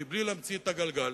בלי להמציא את הגלגל,